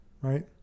right